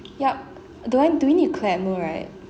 yup do I do we need to clap no right